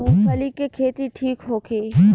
मूँगफली के खेती ठीक होखे?